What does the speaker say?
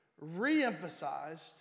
re-emphasized